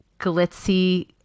glitzy